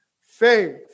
faith